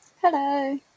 Hello